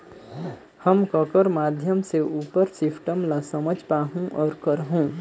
हम ककर माध्यम से उपर सिस्टम ला समझ पाहुं और करहूं?